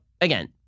again